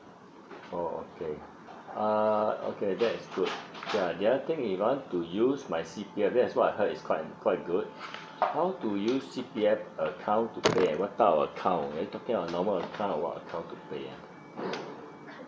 oh okay uh okay that is good ya the other thing if I want to use my C_P_F that is what I heard is quite quite a good how to use C_P_F account to pay and what type of account are you talking a normal or what account to pay ah